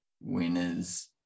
winners